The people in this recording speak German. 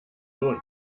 sohn